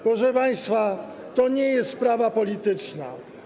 Proszę państwa, to nie jest sprawa polityczna.